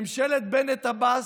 ממשלת בנט-עבאס,